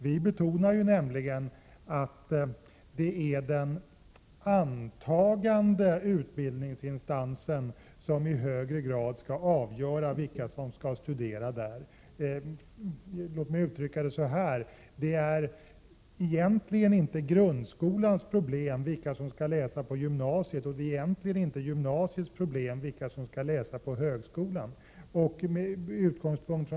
Vi betonar ju att det är den antagande utbildningsinstansen som i högre grad skall avgöra vilka som skall studera där. Låt mig uttrycka mig så här: Vilka som skall läsa på gymnasiet är egentligen inte grundskolans problem, och vilka som skall läsa på högskolan är egentligen inte gymnasiets problem.